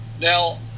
Now